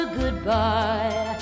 goodbye